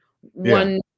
one